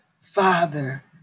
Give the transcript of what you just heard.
father